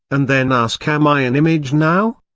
and then ask am i an image now?